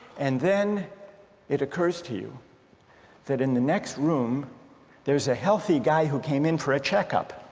and then it occurs to you that in the next room there's a healthy guy who came in for a checkup.